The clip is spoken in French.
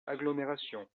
agglomération